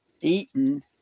eaten